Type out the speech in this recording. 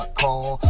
call